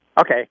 Okay